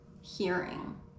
Hearing